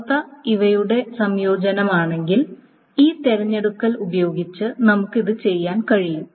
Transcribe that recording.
അവസ്ഥ ഇവയുടെ സംയോജനമാണെങ്കിൽ ഈ തിരഞ്ഞെടുക്കൽ ഉപയോഗിച്ച് നമുക്ക് അത് ചെയ്യാൻ കഴിയും